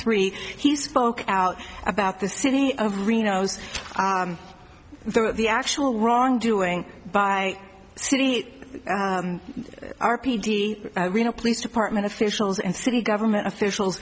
three he spoke out about the city of reno's the actual wrongdoing by city r p t reno police department officials and city government officials